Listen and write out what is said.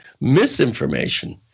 misinformation